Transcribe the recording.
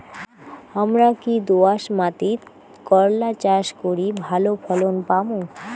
হামরা কি দোয়াস মাতিট করলা চাষ করি ভালো ফলন পামু?